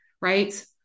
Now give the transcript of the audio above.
right